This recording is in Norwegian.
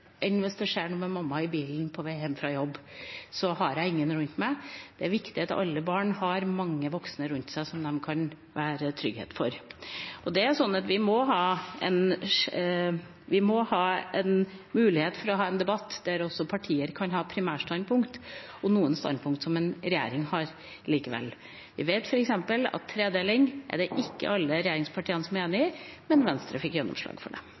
det skjer noe med mamma i bilen på vei hjem fra jobb, for da har en ingen rundt seg. Det er viktig at alle barn har mange voksne rundt seg som kan være en trygghet for dem. Vi må ha mulighet til å ha en debatt der også partier kan ha primærstandpunkt, og likevel noen standpunkt som en har i regjering. Jeg vet f.eks. at en tredeling er det ikke alle regjeringspartiene som er enig i, men Venstre fikk gjennomslag for det.